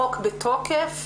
החוק בתוקף.